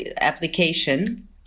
application